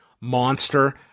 monster